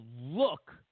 look